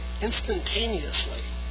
instantaneously